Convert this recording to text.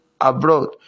abroad